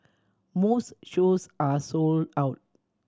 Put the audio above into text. most shows are sold out